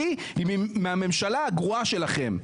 ההסתייגות שלי היא מהממשלה הגרועה שלכם.